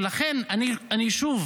ולכן אני שוב